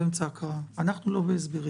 אנחנו באמצע הקראה, אנחנו לא בהסברים.